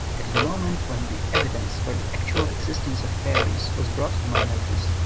at the moment when the evi dence for the actual existence of fairies was brought to my notice,